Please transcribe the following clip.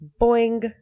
Boing